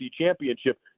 championship